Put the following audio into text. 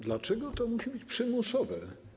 Dlaczego to musi być przymusowe?